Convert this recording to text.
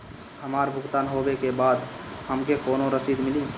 हमार भुगतान होबे के बाद हमके कौनो रसीद मिली?